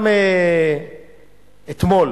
גם אתמול